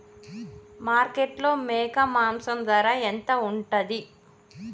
మార్కెట్లో మేక మాంసం ధర ఎంత ఉంటది?